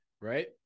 right